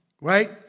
right